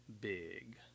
big